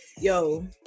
yo